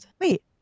Wait